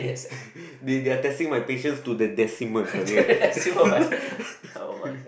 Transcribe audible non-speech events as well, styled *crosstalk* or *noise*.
*laughs* they they are testing my patience to the decimal okay *laughs*